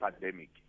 pandemic